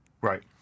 right